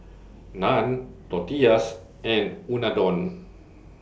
Naan Tortillas and Unadon